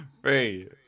Three